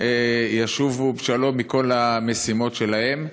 ישובו בשלום מכל המשימות שלהם.